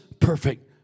perfect